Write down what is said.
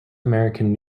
american